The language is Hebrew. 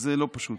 זה לא פשוט.